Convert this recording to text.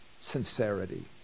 sincerity